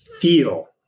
feel